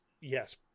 yes